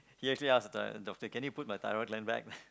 he actually asked the doctor can you put my thyroid gland back